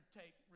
take